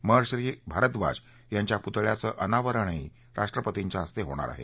महर्षी भारद्वाज यांच्या पुतळ्याचं अनावरणही राष्ट्रपतींच्या हस्ते होणार आहे